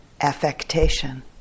affectation